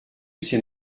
c’est